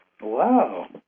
Wow